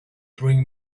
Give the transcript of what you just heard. bring